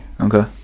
Okay